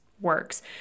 works